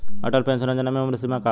Atal pension Yojana मे उम्र सीमा का बा?